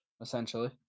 essentially